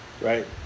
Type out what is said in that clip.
right